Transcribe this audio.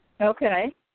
Okay